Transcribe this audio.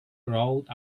rode